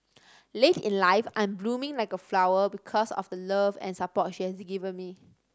late in life I am blooming like a flower because of the love and support she has given me